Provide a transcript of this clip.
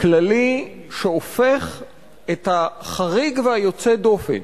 כללי שהופך את החריג והיוצא-דופן